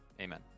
amen